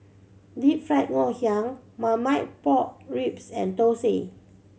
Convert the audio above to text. Deep Fried Ngoh Hiang Marmite Pork Ribs and thosai